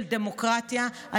של דמוקרטיה,